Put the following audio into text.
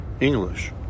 English